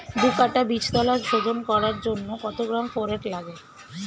দু কাটা বীজতলা শোধন করার জন্য কত গ্রাম ফোরেট লাগে?